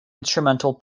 instrumental